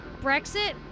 Brexit